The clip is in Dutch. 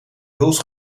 huls